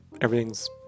everything's